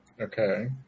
Okay